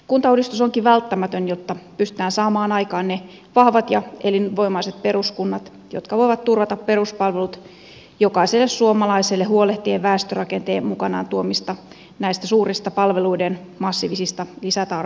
kuntauudistus onkin välttämätön jotta pystytään saamaan aikaan ne vahvat ja elinvoimaiset peruskunnat jotka voivat turvata peruspalvelut jokaiselle suomalaiselle huolehtien väestörakenteen mukanaan tuomista suurista massiivisista palveluiden lisätarpeista